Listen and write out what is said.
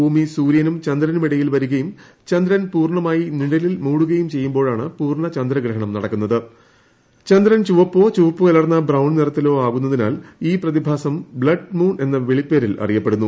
ഭൂമി സൂര്യനും ചീന്ദ്രനും ഇടയിൽ വരികയും ചന്ദ്രൻ പൂർണ്ണമായി നിഴലിൽ മൂടുകയ്യും ചെയ്യുമ്പോഴാണ് പൂർണ്ണ ചന്ദ്രഗ്രഹണം നടക്കുന്നത്ത് ച്ന്ദ്രൻ ചുവപ്പോ ചുവപ്പുകലർന്ന ബ്രൌൺ നിറത്തിലോ ആകുന്നതിനാൽ ഈ പ്രതിഭാസം ബ്ളഡ് മൂൺ എന്ന വിളിപ്പേരിൽ അറിയപ്പെടുന്നു